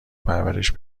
پرورش